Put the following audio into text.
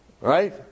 Right